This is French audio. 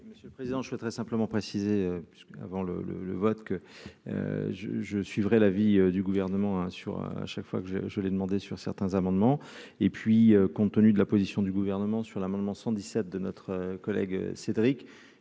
monsieur le président je souhaiterais simplement préciser parce avant le le le vote que je je suivrai l'avis du gouvernement, assure à chaque fois que je l'ai demandé sur certains amendements et puis compte tenu de la position du gouvernement sur l'amendement 117 de notre collègue Cédric